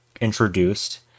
introduced